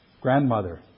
Grandmother